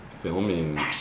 filming